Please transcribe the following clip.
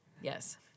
Yes